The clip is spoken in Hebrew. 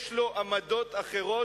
יש לו עמדות אחרות,